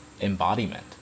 embodiment